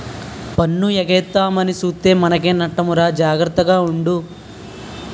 పన్ను ఎగేద్దామని సూత్తే మనకే నట్టమురా జాగర్త గుండు